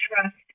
trust